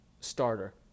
starter